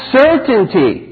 certainty